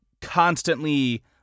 constantly